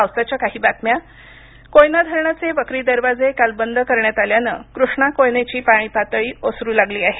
पाऊस कोयना धरणाचे वक्री दरवाजे काल बंद करण्यात आल्यानं कृष्णा कोयनेची पाणी पातळी ओसरू लागली आहे